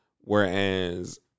Whereas